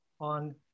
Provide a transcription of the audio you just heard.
on